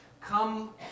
come